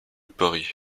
paris